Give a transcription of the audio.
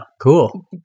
cool